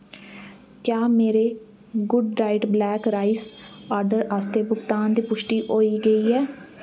क्या मेरे good diet black rice order आस्तै भुगतान दी पुश्टि होई गेई ऐ